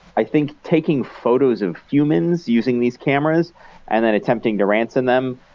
i think taking photos of humans using these cameras and then attempting to ransom them,